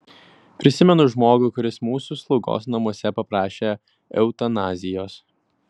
prisimenu žmogų kuris mūsų slaugos namuose paprašė eutanazijos